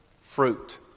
fruit